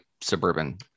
suburban